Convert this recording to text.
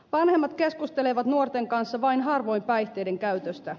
vanhemmat keskustelevat nuorten kanssa vain harvoin päihteiden käytöstä